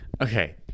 Okay